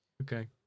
Okay